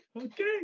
okay